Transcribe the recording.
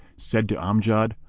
said to amjad,